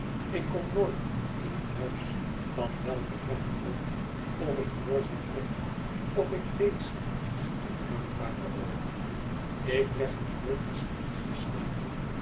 ik kom nooit in een huis van welken rang ook of ik hoor zijn lof of ik lees dien in dankbare oogen ik leg mij nooit des nachts te slapen